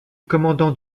commandant